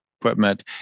equipment